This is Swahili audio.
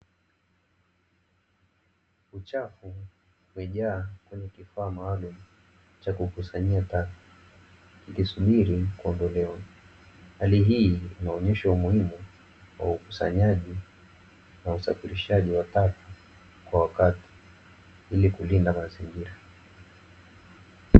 Uchafu umejaa kwenye kifaa maalumu cha kukusanyia taka ikisubiri kuondolewa, hali hii inaonyesha umuhimu wa ukusanyaji na usafirishaji wa taka kwa wakati ili kulinda mazingira.